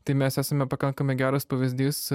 tai mes esame pakankamai geras pavyzdys